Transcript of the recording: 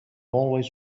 always